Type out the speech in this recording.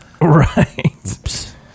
Right